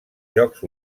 jocs